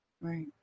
Right